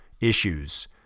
issues